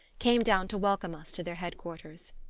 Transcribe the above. came down to welcome us to their head-quarters.